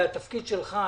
זה התפקיד שלך,